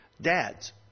Dads